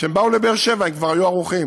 כשהם באו לבאר שבע הם כבר היו ערוכים.